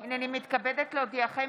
הינני מתכבדת להודיעכם,